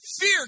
fear